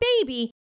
baby